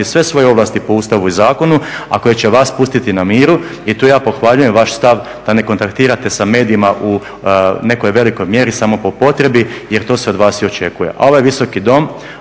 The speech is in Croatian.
sve svoje ovlasti po Ustavu i zakonu a koje će vas pustiti na miru. I tu ja pohvaljujem vaš stav da ne kontaktirate sa medijima u nekoj velikoj mjeri, samo po potrebi jer to se od vas i očekuje. A ovaj visoki dom